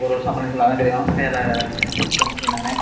ஒரு வருஷம் அப்ரண்டிஸில் அதுதான் தெரியும் வேலை கஷ்டம் என்னெனான்னு